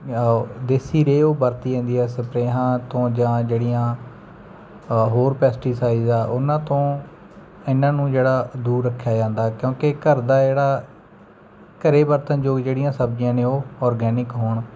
ਦੇਸੀ ਰੇਹ ਉਹ ਵਰਤੀ ਜਾਂਦੀ ਆ ਸਪਰੇਹਾਂ ਤੋਂ ਜਾਂ ਜਿਹੜੀਆਂ ਹੋਰ ਪੈਸਟੀਸਾਈਜ਼ ਆ ਉਹਨਾਂ ਤੋਂ ਇਹਨਾਂ ਨੂੰ ਜਿਹੜਾ ਦੂਰ ਰੱਖਿਆ ਜਾਂਦਾ ਕਿਉਂਕਿ ਘਰ ਦਾ ਜਿਹੜਾ ਘਰ ਵਰਤਣ ਯੋਗ ਜਿਹੜੀਆਂ ਸਬਜ਼ੀਆਂ ਨੇ ਉਹ ਔਰਗੈਨਿਕ ਹੋਣ